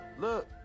look